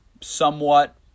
somewhat